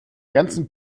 ganzen